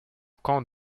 camp